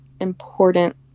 important